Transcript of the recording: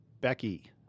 Becky